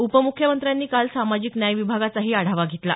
उपमुख्यमंत्र्यांनी काल सामाजिक न्याय विभागाचाही आढावा घेतला